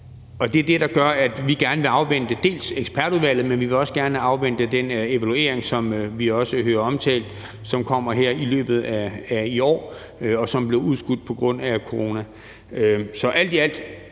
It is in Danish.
Det er det, der gør, at vi gerne vil afvente dels ekspertudvalget, dels den evaluering, som vi hører omtalt, som kommer her i løbet af i år, og som blev udskudt på grund af corona. Så alt i alt